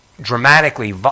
dramatically